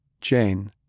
Jane